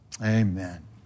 Amen